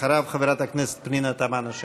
אחריו, חברת הכנסת פנינה תמנו-שטה.